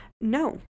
No